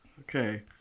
Okay